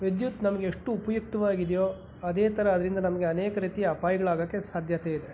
ವಿದ್ಯುತ್ ನಮ್ಗೆ ಎಷ್ಟು ಉಪ್ಯುಕ್ತವಾಗಿದ್ಯೋ ಅದೇ ಥರ ಅದರಿಂದ ನಮಗೆ ಅನೇಕ ರೀತಿಯ ಅಪಾಯಗಳಾಗಕ್ಕೆ ಸಾಧ್ಯತೆ ಇದೆ